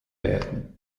werden